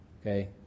Okay